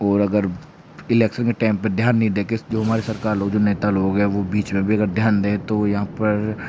और अगर इलेक्शन के टाइम पर ध्यान नहीं दे के जो हमारे सरकार लोग जो नेता लोग है वह बीच में भी अगर ध्यान दे तो यहाँ पर